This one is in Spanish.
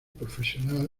profesional